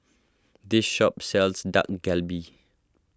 this shop sells Dak Galbi